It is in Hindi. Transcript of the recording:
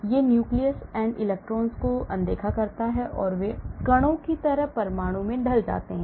यह nucleus and electrons को अनदेखा करता है और वे कणों की तरह परमाणु में ढल जाते हैं